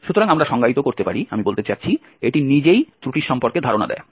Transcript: সুতরাং আমরা সংজ্ঞায়িত করতে পারি আমি বলতে চাচ্ছি এটি নিজেই ত্রুটির সম্পর্কে ধারণা দেয়